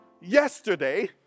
yesterday